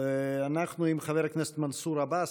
אנחנו עם חבר כנסת מנסור עבאס,